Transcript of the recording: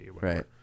right